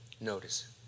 Notice